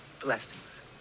Blessings